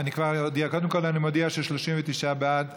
קודם כול אני מודיע ש-39 בעד,